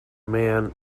man